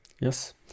Yes